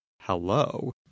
Hello